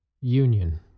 union